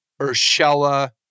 Urshela